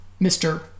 Mr